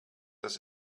das